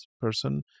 person